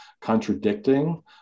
contradicting